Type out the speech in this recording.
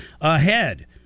ahead